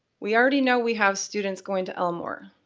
we already know we have students going to elmore,